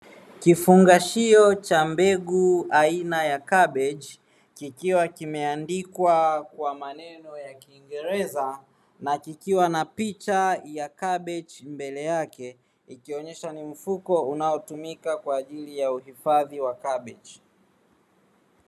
Kifungashio cha mbegu aina ya kabichi, kikiwa kimeandikwa kwa maneno ya kingereza na kikiwa na picha mbele yake, ikionyesha ni mfuko unaotumika kwaajili ya uhifadhi wa kabichi.